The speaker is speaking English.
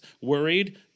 Worried